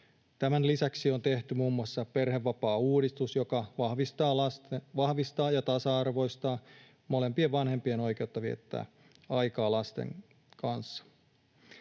Tämän lisäksi on tehty muun muassa perhevapaauudistus, joka vahvistaa ja tasa-arvoistaa molempien vanhempien oikeutta viettää aikaa lasten kanssa.